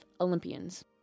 Olympians